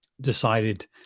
decided